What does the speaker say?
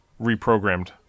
reprogrammed